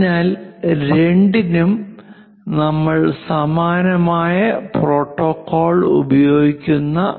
അതിനാൽ 2 നും നമ്മൾ സമാനമായ പ്രോട്ടോക്കോൾ ഉപയോഗിക്കുന്നു